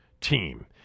team